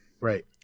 Right